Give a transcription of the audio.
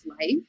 life